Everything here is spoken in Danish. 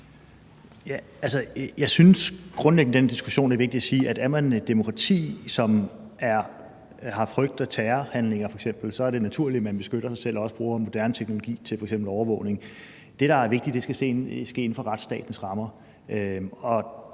den diskussion er vigtigt at sige, at er man et demokrati, som f.eks. har oplevet frygt og terrorhandlinger, er det naturligt, at man beskytter sig selv og også bruger moderne teknologi til f.eks. overvågning. Det, der er vigtigt, er, at det skal ske inden for retsstatens rammer.